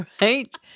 right